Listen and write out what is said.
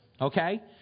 Okay